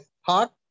heart